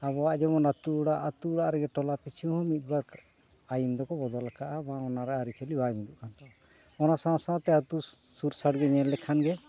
ᱟᱵᱚᱣᱟᱜ ᱡᱮᱢᱚᱱ ᱟᱹᱛᱩᱼᱚᱲᱟᱜ ᱟᱹᱛᱩᱼᱚᱲᱟᱜ ᱨᱮᱜᱮ ᱴᱚᱞᱟ ᱯᱤᱪᱷᱩᱦᱚᱸ ᱢᱤᱫᱼᱵᱟᱨ ᱟᱹᱭᱤᱱ ᱫᱚᱠᱚ ᱵᱚᱫᱚᱞ ᱟᱠᱟᱫᱼᱟ ᱵᱟᱝ ᱚᱱᱟ ᱨᱮᱭᱟᱜ ᱟᱹᱨᱤᱪᱟᱹᱞᱤ ᱵᱟᱭ ᱢᱤᱫᱩᱜᱼᱟ ᱛᱳ ᱚᱱᱟ ᱥᱟᱶᱼᱥᱟᱶᱛᱮ ᱟᱹᱛᱩ ᱥᱩᱨ ᱥᱟᱰᱜᱮ ᱧᱮᱞ ᱞᱮᱠᱷᱟᱱᱜᱮ